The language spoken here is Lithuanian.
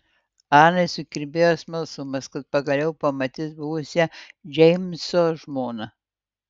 anai sukirbėjo smalsumas kad pagaliau pamatys buvusią džeimso žmoną